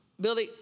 Billy